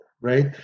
right